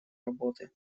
работы